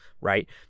right